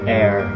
air